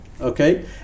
Okay